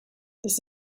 this